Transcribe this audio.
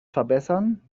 verbessern